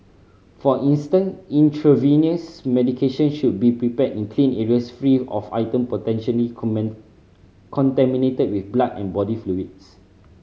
for instance intravenous medication should be prepared in clean areas free of item potentially common contaminated with blood and body fluids